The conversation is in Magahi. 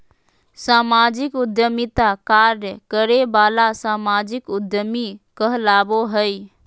सामाजिक उद्यमिता कार्य करे वाला सामाजिक उद्यमी कहलाबो हइ